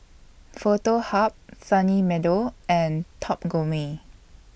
Foto Hub Sunny Meadow and Top Gourmet